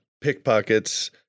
pickpockets